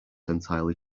entirely